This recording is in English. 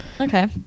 Okay